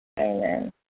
Amen